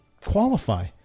qualify